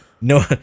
no